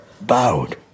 bowed